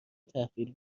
تحویل